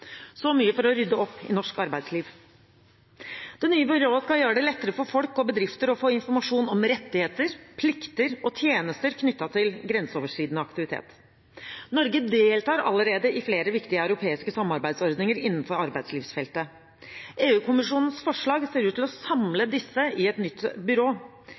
så mye for å rydde opp i norsk arbeidsliv. Det nye byrået skal gjøre det lettere for folk og bedrifter å få informasjon om rettigheter, plikter og tjenester knyttet til grenseoverskridende aktivitet. Norge deltar allerede i flere viktige europeiske samarbeidsordninger innenfor arbeidslivsfeltet. EU-kommisjonens forslag ser ut til å samle disse i et nytt byrå.